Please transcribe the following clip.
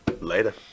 Later